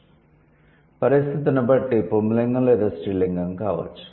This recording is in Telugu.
వారు పరిస్థితిని బట్టి పుంలింగం లేదా స్త్రీలింగo కావచ్చు